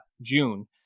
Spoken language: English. June